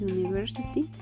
University